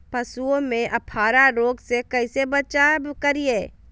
पशुओं में अफारा रोग से कैसे बचाव करिये?